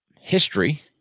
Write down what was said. history